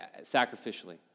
sacrificially